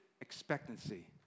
expectancy